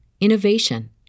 innovation